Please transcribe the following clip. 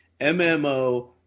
MMO